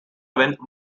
event